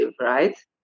right